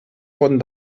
wurden